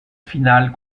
finale